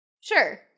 sure